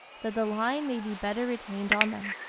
that the line may be better retained on them.